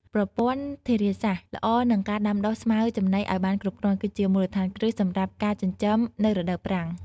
ប្រព័ន្ធធារាសាស្រ្តល្អនិងការដាំដុះស្មៅចំណីឱ្យបានគ្រប់គ្រាន់ គឺជាមូលដ្ឋានគ្រឹះសម្រាប់ការចិញ្ចឹមនៅរដូវប្រាំង។